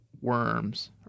worms